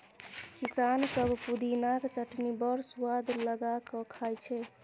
किसान सब पुदिनाक चटनी बड़ सुआद लगा कए खाइ छै